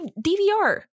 DVR